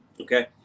okay